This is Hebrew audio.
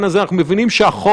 אני חושב שזאת פריצת דרך.